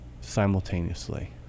simultaneously